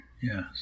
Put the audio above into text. Yes